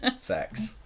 Facts